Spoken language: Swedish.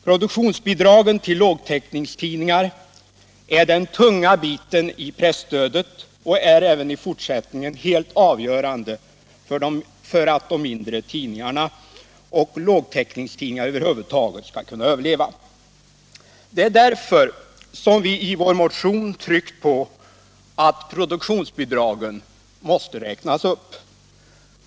Produktionsbidragen till lågtäckningstidningar är den tunga biten i presstödet och är även i fortsättningen helt avgörande för att de mindre tidningarna och lågtäckningstidningar över huvud taget skall kunna överleva. 10 Det är därför som vi i vår motion tryckt på att produktionsbidragen måste räknas upp.